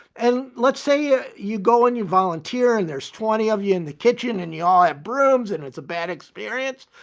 and let's say ah you go and you volunteer, and there's twenty of you in the kitchen and you all have brooms and it's a bad experience.